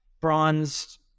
bronze